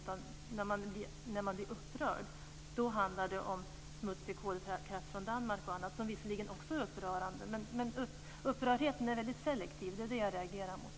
Och när man bli upprörd handlar det om smutsig kolkraft från Danmark och annat, som visserligen också är upprörande, men upprördheten är väldigt selektiv, och det är det som jag reagerar mot.